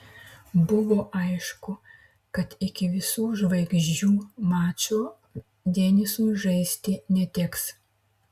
buvo aišku kad iki visų žvaigždžių mačo denisui žaisti neteks